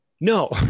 no